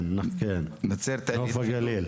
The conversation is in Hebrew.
כן, נוף הגליל.